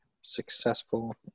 successful